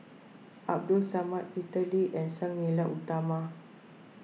Abdul Samad Peter Lee and Sang Nila Utama